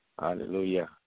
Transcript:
Hallelujah